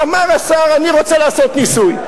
אמר השר: אני רוצה לעשות ניסוי.